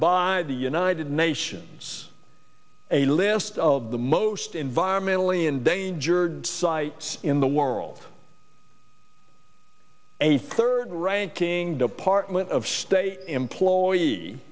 by the united nations a list of the most environmentally endangered sites in the world a third ranking department of state employee